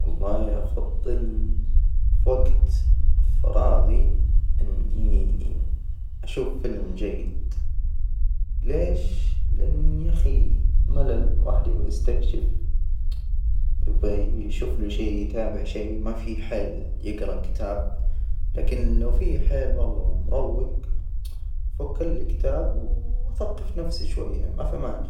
والله أفضل، فى وجت فراغي أني أشوف فيلم جيد، ليش؟ لأن يا أخي ملل واحد يبغى يستكشف، يبغى يشوفله شي، يتابع شي ما فيه حيل يجرأ كتاب، لكن لو فيه حيل والله ومروج، فك لي كتاب وأثقف نفسي شوية ما في مانع.